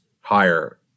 higher